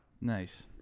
nice